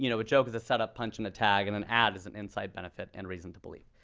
you know joke is a setup, punch, and a tag. and an ad is an insite, benefit, and reason to believe.